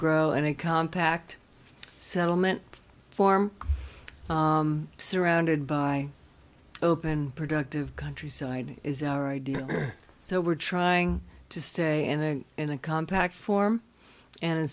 grow in a compact settlement form surrounded by open productive countryside is our idea so we're trying to stay and in a compact form and in